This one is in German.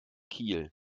kiel